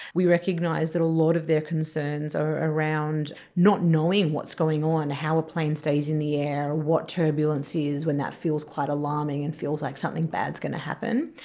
we recognise that a lot of their concerns are around not knowing what's going on, how a plane stays in the air, what turbulence is when that feels quite alarming and feels like something bad is going to happen.